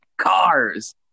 Cars